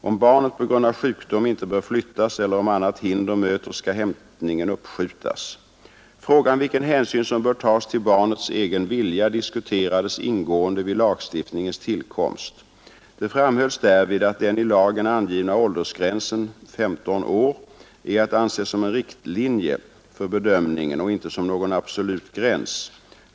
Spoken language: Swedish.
Om barnet på grund av sjukdom inte bör flyttas eller om annat hinder möter, skall hämtningen uppskjutas. Frågan vilken hänsyn som bör tas till barnets egen vilja diskuterades ingående vid lagstiftningens tillkomst. Det framhölls därvid att den i lagen angivna åldersgränsen, 15 år, är att anse som en riktlinje för bedömningen och inte som någon absolut gräns.